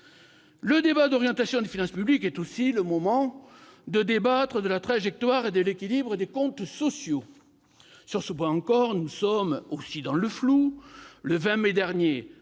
Le débat sur l'orientation des finances publiques est aussi le moment de discuter de la trajectoire et de l'équilibre des comptes sociaux. Sur ce point encore, nous sommes dans le flou. Le 20 mai dernier,